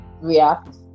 React